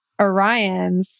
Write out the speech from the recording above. Orions